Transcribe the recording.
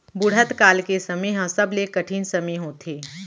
बुढ़त काल के समे ह सबले कठिन समे होथे